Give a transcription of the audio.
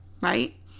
right